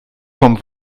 vom